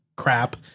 Crap